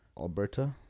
Alberta